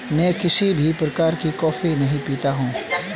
मैं किसी भी प्रकार की कॉफी नहीं पीता हूँ